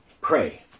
pray